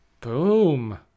boom